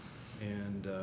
and